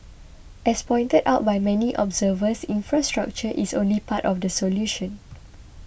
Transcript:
as pointed out by many observers infrastructure is only part of the solution